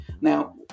Now